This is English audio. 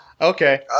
Okay